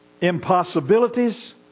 impossibilities